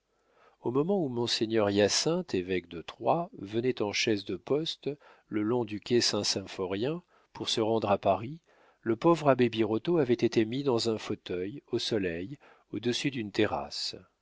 au moment où monseigneur hyacinthe évêque de troyes venait en chaise de poste le long du quai saint symphorien pour se rendre à paris le pauvre abbé birotteau avait été mis dans un fauteuil au soleil au-dessus d'une terrasse